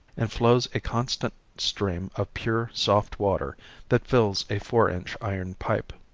and flows a constant stream of pure, soft water that fills a four-inch iron pipe.